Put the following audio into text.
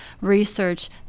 research